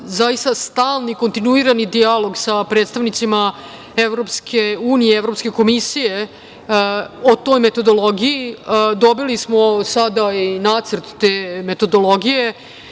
zaista stalni, kontinuirani dijalog sa predstavnicima Evropske unije i Evropske komisije o toj metodologiji. Dobili smo sada i nacrt te metodologije.